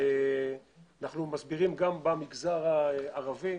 אנחנו מסבירים גם במגזר הערבי.